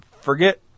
forget